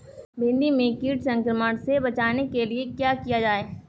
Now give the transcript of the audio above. भिंडी में कीट संक्रमण से बचाने के लिए क्या किया जाए?